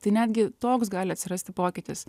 tai netgi toks gali atsirasti pokytis